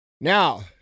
Now